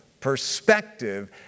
perspective